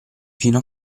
fino